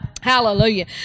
Hallelujah